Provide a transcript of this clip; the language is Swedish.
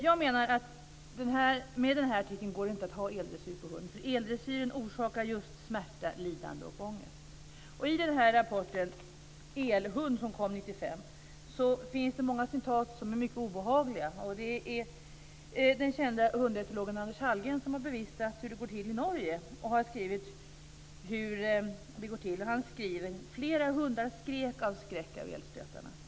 Jag menar att med denna artikel går det inte att tillåta eldressyr av hund, för eldressyren orsakar just smärta, lidande och ångest. I rapporten Elhund, som kom 1995, finns det många citat som är mycket obehagliga. Det är den kände hundetologen Anders Hallgren som har bevittnat hur det går till i Norge. Han skriver: Flera hundar skrek av skräck av elstötarna.